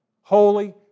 Holy